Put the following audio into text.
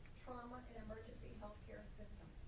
trauma and emergency healthcare system.